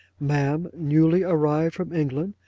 ma'am newly arrived from england,